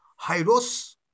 Hyros